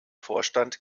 vorstand